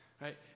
right